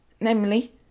namely